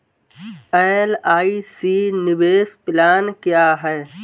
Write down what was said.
LIC निवेश plan क्या है?